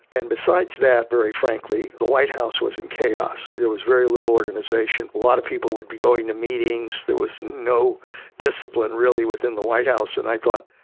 and besides that, very frankly, the white house was in chaos. there was very little organization, a lot of people would be going to meetings, there was no discipline, really, within the white house. and i thought,